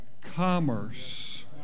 commerce